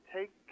take